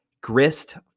grist